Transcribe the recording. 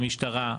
המשטרה,